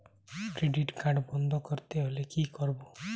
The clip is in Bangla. ক্রেডিট কার্ড বন্ধ করতে হলে কি করব?